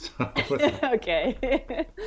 Okay